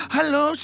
Hello